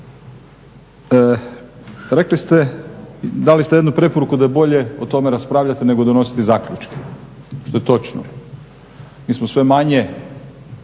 Rekli ste, dali ste jednu preporuku da je bolje o tome raspravljati nego donositi zaključke, što je točno. Mi smo sve manje